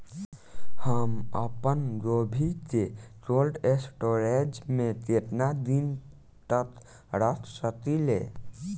हम आपनगोभि के कोल्ड स्टोरेजऽ में केतना दिन तक रख सकिले?